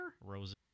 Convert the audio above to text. Rosen